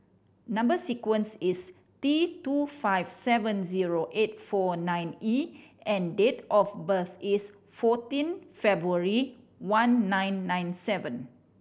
number sequence is T two five seven zero eight four nine E and date of birth is fourteen February one nine nine seven